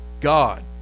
God